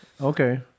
Okay